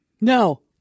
No